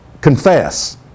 confess